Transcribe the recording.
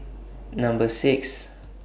Number six